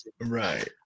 right